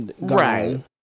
Right